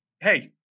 Hey